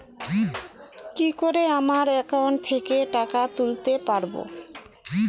কি করে আমার একাউন্ট থেকে টাকা তুলতে পারব?